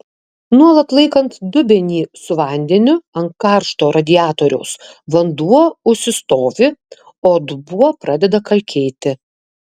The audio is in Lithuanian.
nuolat laikant dubenį su vandeniu ant karšto radiatoriaus vanduo užsistovi o dubuo pradeda kalkėti